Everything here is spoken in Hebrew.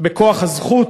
בכוח הזכות,